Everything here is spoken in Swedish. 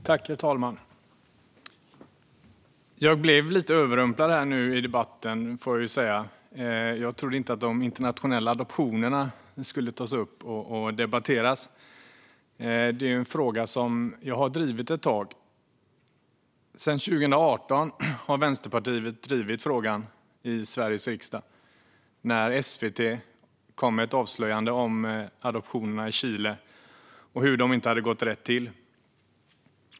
Herr talman! Jag blev lite överrumplad nu i debatten. Jag trodde inte att de internationella adoptionerna skulle tas upp och debatteras. Detta är en fråga jag har drivit ett tag. Sedan 2018 har Vänsterpartiet drivit frågan i Sveriges riksdag. SVT kom då med ett avslöjande om adoptionerna från Chile och att de inte gått rätt till.